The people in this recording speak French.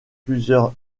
plusieurs